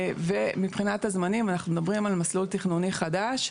ומבחינת הזמנים אנחנו מדברים על מסלול תכנוני חדש,